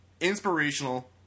inspirational